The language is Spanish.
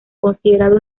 considerado